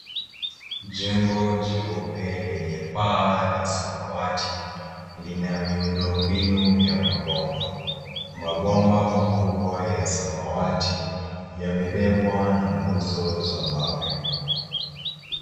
Jengo jeupe lenye paa la samawati lina miundombinu ya mabomba. Mabomba makubwa ya samawati yamebebwa na nguzo za mawe.